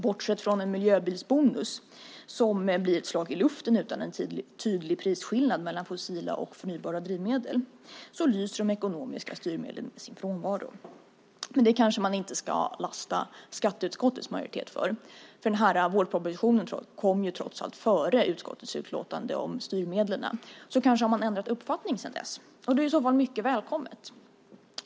Bortsett från en miljöbilsbonus som blir ett slag i luften utan en tydlig prisskillnad mellan fossila och förnybara drivmedel lyser de ekonomiska styrmedlen med sin frånvaro. Det kanske man inte ska lasta skatteutskottets majoritet för. Vårpropositionen kom trots allt före utskottets utlåtande om styrmedlen. Kanske har man ändrat uppfattning sedan dess. Det är i så fall mycket välkommet.